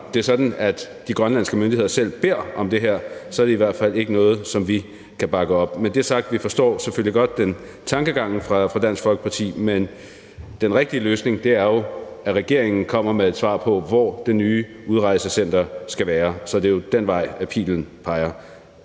det er sådan, at de grønlandske myndigheder selv beder om det her, er det i hvert fald ikke noget, vi kan bakke op. Med det sagt forstår vi selvfølgelig godt tankegangen fra Dansk Folkeparti, men den rigtige løsning er jo, at regeringen kommer med et svar på, hvor det nye udrejsecenter skal være. Så det er den vej, pilen peger.